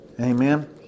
Amen